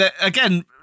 Again